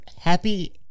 Happy